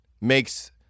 makes